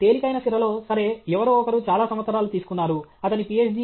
తేలికైన సిరలో సరే ఎవరో ఒకరు చాలా సంవత్సరాలు తీసుకున్నారు అతని Ph